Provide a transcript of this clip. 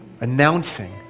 announcing